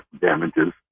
damages